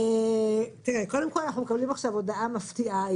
חברים, בבקשה.